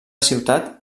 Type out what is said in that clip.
ciutat